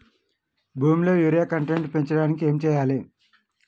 భూమిలో urea content పెంచడానికి ఏం చేయాలి?